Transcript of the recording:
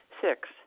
Six